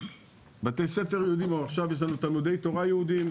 בתי ספר, עכשיו יש לנו תלמודי תורה יהודיים.